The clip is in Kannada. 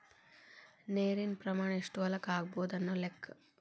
ನೇರಿನ ಪ್ರಮಾಣಾ ಎಷ್ಟ ಹೊಲಕ್ಕ ಆಗಬಹುದು ಅನ್ನು ಲೆಕ್ಕಾ